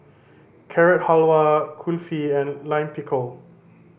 Carrot Halwa Kulfi and Lime Pickle